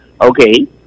Okay